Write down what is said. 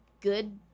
good